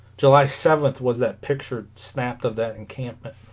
july seventh was that picture snapped of that encampment